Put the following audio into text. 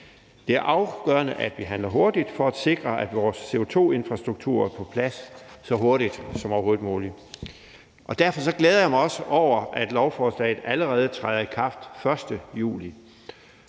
Det er afgørende, at vi handler hurtigt for at sikre, at vores CO2-infrastruktur er på plads så hurtigt som overhovedet muligt. Derfor glæder jeg mig også over, at lovforslaget allerede træder i kraft den 1. juli.